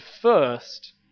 first